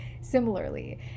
similarly